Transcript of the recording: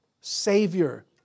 Savior